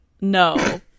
No